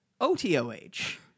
OTOH